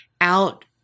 out